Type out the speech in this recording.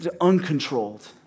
uncontrolled